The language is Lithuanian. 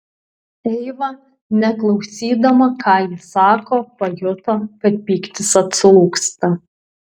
eiva neklausydama ką jis sako pajuto kad pyktis atslūgsta